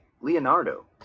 Leonardo